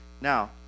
Now